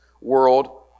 world